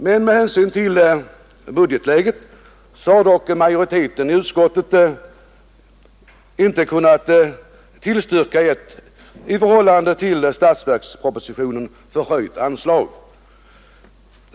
Med hänsyn till budgetläget har dock majoriteten i utskottet inte kunnat tillstyrka en höjning av anslaget i förhållande till vad som föreslås i statsverkspropositionen.